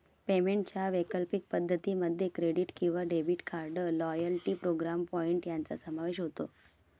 पेमेंटच्या वैकल्पिक पद्धतीं मध्ये क्रेडिट किंवा debit card, loyalty program point यांचा समावेश होतो